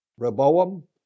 Reboam